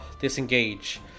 disengage